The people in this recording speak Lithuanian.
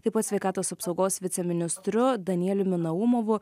taip pat sveikatos apsaugos viceministru danieliumi naumovu